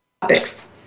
topics